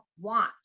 want